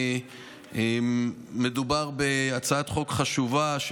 מדובר בהצעת חוק חשובה,